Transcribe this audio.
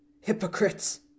hypocrites